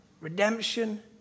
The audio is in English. Redemption